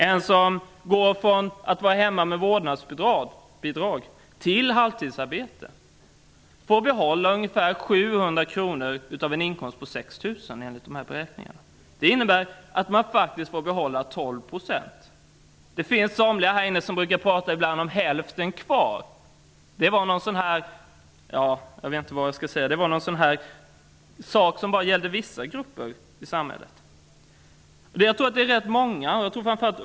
En som går från att vara hemma med vårdnadsbidrag till halvtidsarbete får behålla ungefär 700 kr av en inkomst på 6 000, enligt dessa beräkningar. Det innebär att man får behålla 12 %. Det finns somliga här inne som brukar tala om hälften kvar. Men det var något som tydligen bara gällde vissa grupper i samhället.